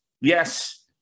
yes